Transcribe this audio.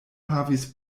havis